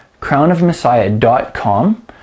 crownofmessiah.com